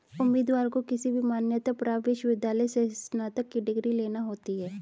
उम्मीदवार को किसी भी मान्यता प्राप्त विश्वविद्यालय से स्नातक की डिग्री लेना होती है